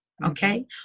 Okay